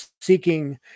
seeking